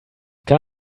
kann